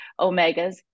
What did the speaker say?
omegas